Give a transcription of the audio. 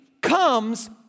comes